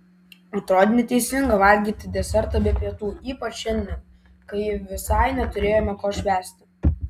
atrodė neteisinga valgyti desertą be pietų ypač šiandien kai visai neturėjome ko švęsti